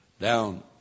down